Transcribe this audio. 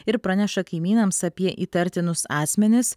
ir praneša kaimynams apie įtartinus asmenis